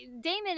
Damon